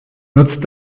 nutzt